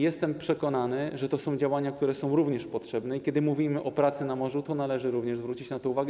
Jestem przekonany, że to są działania, które są potrzebne, i kiedy mówimy o pracy na morzu, należy również zwrócić na to uwagę.